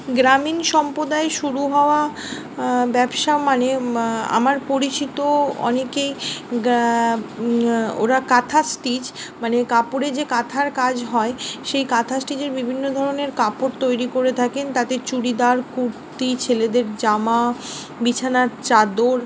গ্রামীণ সম্প্রদায়ে শুরু হওয়া ব্যবসা মানে আমার পরিচিত অনেকেই ওরা কাঁথা স্টিচ মানে কাপড়ে যে কাঁথার কাজ হয় সেই কাঁথা স্টিচের বিভিন্ন ধরনের কাপড় তৈরি করে থাকেন তাতে চুড়িদার কুর্তি ছেলেদের জামা বিছানার চাদর